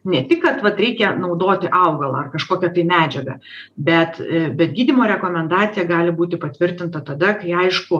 ne tik kad vat reikia naudoti augalą ar kažkokią tai medžiagą bet bet gydymo rekomendacija gali būti patvirtinta tada kai aišku